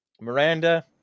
Miranda